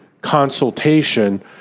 consultation